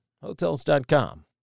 Hotels.com